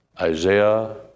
Isaiah